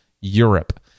Europe